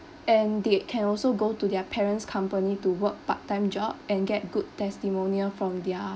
and they can also go to their parents' company to work part time job and get good testimonial from their